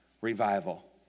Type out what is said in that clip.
revival